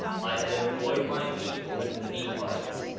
i had employed my people, the nephites,